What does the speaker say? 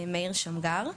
מאיר שמגר.